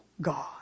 god